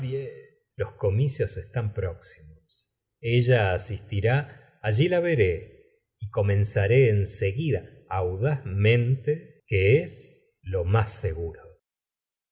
los comicios están próximos ella asistirá allí la veré y comenzaré en seguida audazmente que es lo más seguro